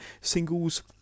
singles